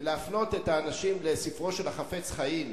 ולהפנות את האנשים לספרו של החפץ-חיים,